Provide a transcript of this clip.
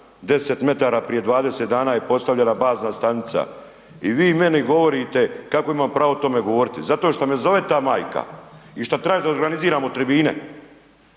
10 metara prije 20 dana je postavljena bazna stanica i vi meni govorite kako imam pravo o tome govoriti. Zato što me zove ta majka i što traži da organiziramo tribine,